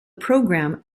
program